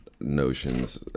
notions